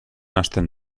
hasten